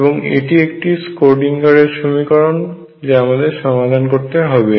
এবং এটি একটি স্ক্রোডিঙ্গারের সমীকরণSchrödinger equation যা আমদের সমাধান করতে হবে